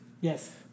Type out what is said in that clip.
yes